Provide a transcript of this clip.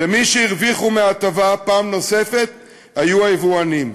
ומי שהרוויחו מההטבה פעם נוספת היו היבואנים.